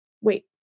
wait